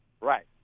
Right